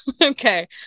Okay